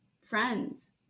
friends